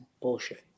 bullshit